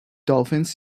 dolphins